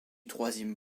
troisième